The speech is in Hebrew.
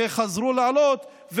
שחזרו לעלות,